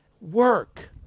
work